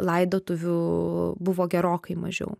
laidotuvių buvo gerokai mažiau